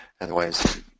Otherwise